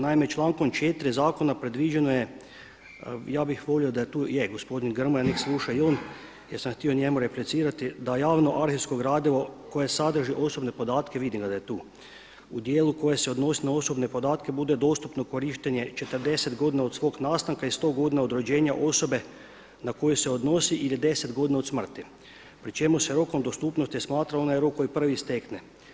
Naime, člankom 4. zakona predviđeno je, ja bih volio da je tu, je gospodin Grmoja, nek sluša i on jer sam htio njemu replicirati, da javno arhivsko gradivo koje sadrži osobne podatke, vidim ga da je tu, u dijelu koji se odnosi na osobne podatke bude dostupno korištenje 40 godina od svog nastanka i 100 godina od rođenja osobe na koju se odnosi ili 10 godine od smrti, pri čemu se rokom dostupnosti smatra onaj prvi rok koji stekne.